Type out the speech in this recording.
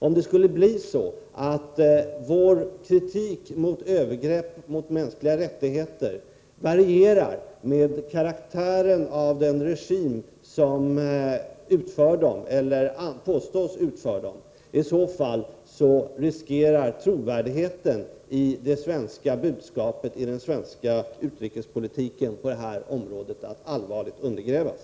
Om det skulle bli så att vår kritik mot övergrepp mot mänskliga rättigheter varierar med karaktären av den regim som utför övergreppen eller påstås utföra dem — i så fall riskerar trovärdigheten i det svenska budskapet i vår utrikespolitik på det här området att allvarligt undergrävas.